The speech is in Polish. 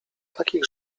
takich